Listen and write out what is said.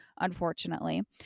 unfortunately